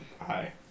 Hi